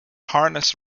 harness